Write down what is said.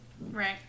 Right